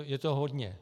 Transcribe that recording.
Je to hodně.